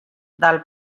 del